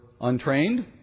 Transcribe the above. Untrained